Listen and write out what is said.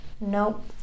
Nope